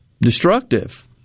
destructive